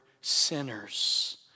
sinners